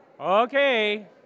Okay